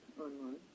online